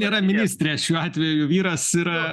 nėra ministrės šiuo atveju vyras yra